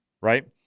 right